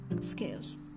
skills